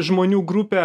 žmonių grupė